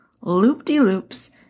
loop-de-loops